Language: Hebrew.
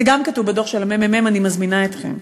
זה גם כתוב בדוח של הממ"מ, אני מזמינה אתכם.